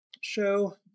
show